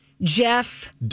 Jeff